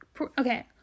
Okay